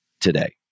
today